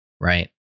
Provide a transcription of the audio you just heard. right